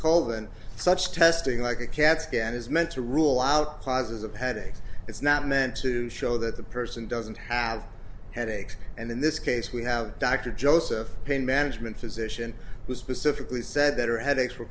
than such testing like a cat scan is meant to rule out causes of headaches it's not meant to show that the person doesn't have headaches and in this case we have dr joseph pain management physician who specifically said that her headaches